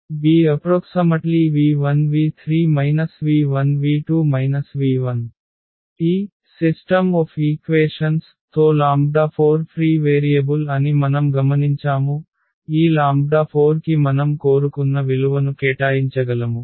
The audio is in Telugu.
Bv1 v3 v1 v2 v1 ఈ సమీకరణాల వ్యవస్థతో లాంబ్డా 4 ఫ్రీ వేరియబుల్ అని మనం గమనించాముఈ లాంబ్డా 4 కి మనం కోరుకున్న విలువను కేటాయించగలము